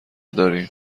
داریم